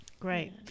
Great